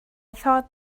thought